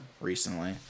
recently